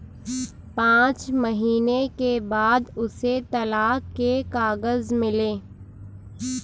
पांच महीने के बाद उसे तलाक के कागज मिले